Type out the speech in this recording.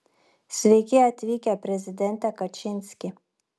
sveiki atvykę prezidente kačinski